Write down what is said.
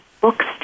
Books